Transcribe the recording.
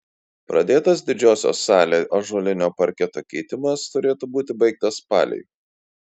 pradėtas didžiosios salė ąžuolinio parketo keitimas turėtų būti baigtas spalį